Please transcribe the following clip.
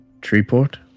Treeport